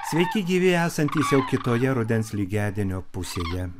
sveiki gyvi esantys jau kitoje rudens lygiadienio pusėje